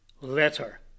letter